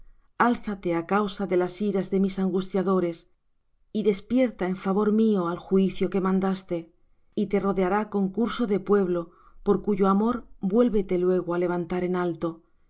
alzate á causa de las iras de mis angustiadores y despierta en favor mío el juicio que mandaste y te rodeará concurso de pueblo por cuyo amor vuélvete luego á levantar en alto